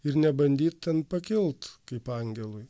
ir nebandyt ten pakilt kaip angelui